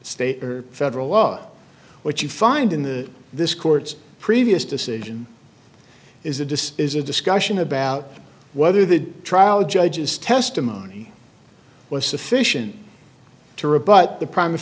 state or federal law what you find in the this court's previous decision is the disc is a discussion about whether the trial judges testimony was sufficient to rebut the pr